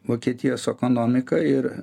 vokietijos ekonomika ir